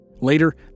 Later